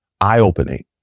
eye-opening